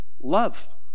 love